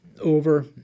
over